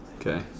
Okay